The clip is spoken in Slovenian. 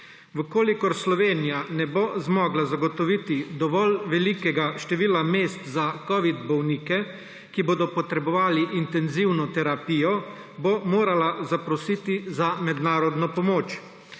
bolnikov. Če Slovenija ne bo zmogla zagotoviti dovolj velikega števila mest za covidne bolnike, ki bodo potrebovali intenzivno terapijo, bo morala zaprositi za mednarodno pomoč;